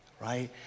right